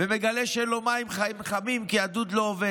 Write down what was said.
ומגלה שאין לו מים חמים כי הדוד לא עובד.